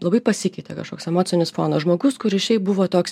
labai pasikeitė kažkoks emocinis fonas žmogus kuris šiaip buvo toks